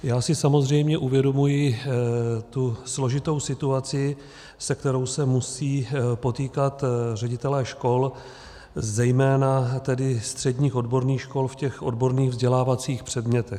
Já si samozřejmě uvědomuji tu složitou situaci, se kterou se musí potýkat ředitelé škol, zejména tedy středních odborných škol, v těch odborných vzdělávacích předmětech.